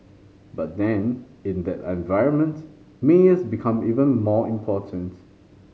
but then in that environment mayors become even more important